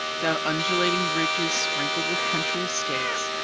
down undulating ridges sprinkled with country estates,